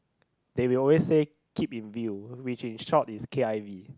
they will always say keep in view which in short is k_i_v